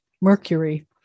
mercury